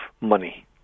money